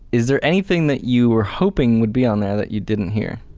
is there anything that you were hoping would be on there that you didn't hear?